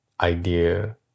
idea